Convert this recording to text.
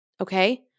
Okay